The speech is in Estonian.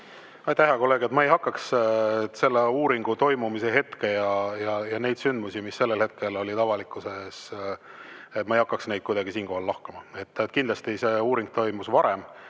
hea kolleeg! Selle uuringu toimumise aega ja neid sündmusi, mis sellel hetkel olid avalikkuses, ma ei hakkaks kuidagi siinkohal lahkama. Kindlasti see uuring toimus varem